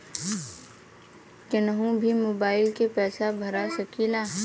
कन्हू भी मोबाइल के पैसा भरा सकीला?